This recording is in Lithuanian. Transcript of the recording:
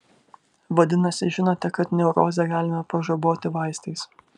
vadinasi žinote kad neurozę galima pažaboti vaistais